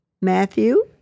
Matthew